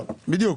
בדיוק.